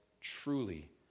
truly